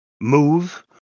move